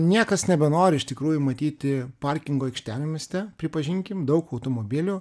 niekas nebenori iš tikrųjų matyti parkingo aikštelių mieste pripažinkim daug automobilių